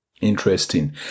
Interesting